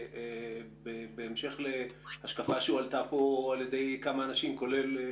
כמו מספר אנשים שדיברו פה ואני בתוכם,